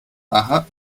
aha